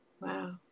Wow